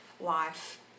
life